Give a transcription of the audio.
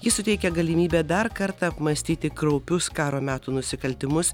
ji suteikia galimybę dar kartą apmąstyti kraupius karo metų nusikaltimus